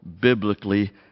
biblically